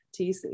TC